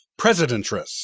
Presidentress